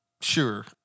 Sure